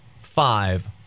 five